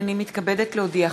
הנני מתכבדת להודיעכם,